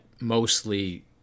mostly –